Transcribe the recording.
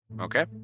Okay